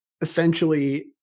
essentially